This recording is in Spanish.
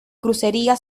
crucería